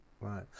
Right